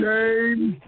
James